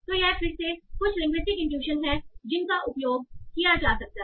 तो यह फिर से कुछ लिंग्विस्टिक इनट्यूशन है जिनका उपयोग किया जा सकता है